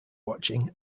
watching